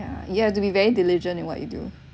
you have to be very diligent in what you do